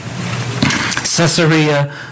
Caesarea